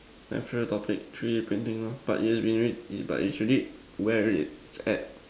my favourite topic three A printing lor but it's been but it's already wear it App